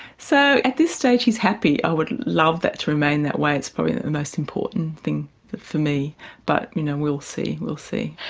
so at this stage he's happy, i would love that to remain that way it's probably the most important thing for me but you know we'll see, we'll see.